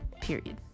period